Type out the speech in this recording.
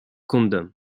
condom